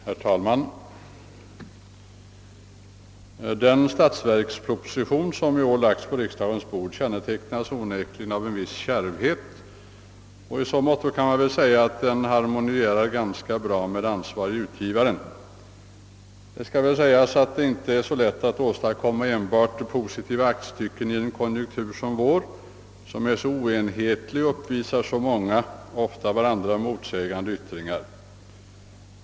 Herr talman! Den statsverksproposition som i år lagts på riksdagens bord kännetecknas onekligen av en viss kärvhet, och i så måtto kan man väl säga att den harmonierar ganska bra med den ansvarige utgivaren. Det skall väl också sägas att det inte är så lätt att åstadkomma enbart positiva aktstycken i en konjunktur som vår, som är så oenhetlig och uppvisar så många, ofta varandra motsägande yttringar.